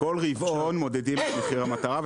כל רבעון מודדים את מחיר המטרה.